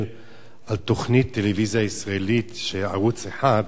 על תוכנית טלוויזיה ישראלית של ערוץ-1,